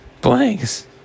Blanks